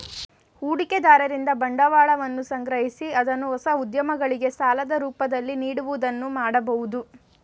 ಹೂಡಿಕೆದಾರರಿಂದ ಬಂಡವಾಳವನ್ನು ಸಂಗ್ರಹಿಸಿ ಅದನ್ನು ಹೊಸ ಉದ್ಯಮಗಳಿಗೆ ಸಾಲದ ರೂಪದಲ್ಲಿ ನೀಡುವುದು ಮಾಡಬಹುದು